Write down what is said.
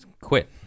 quit